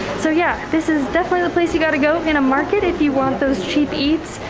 so yeah, this is definitely the place you gotta go in a market. if you want those cheap eats.